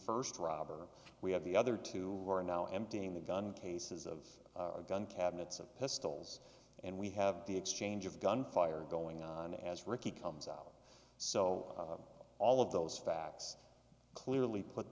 first robber we have the other two are now emptying the gun cases of gun cabinets and pistols and we have the exchange of gunfire going on as ricky comes out so all of those facts clearly put